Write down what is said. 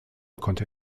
konnte